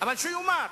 שיאמר.